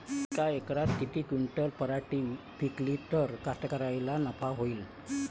यका एकरात किती क्विंटल पराटी पिकली त कास्तकाराइले नफा होईन?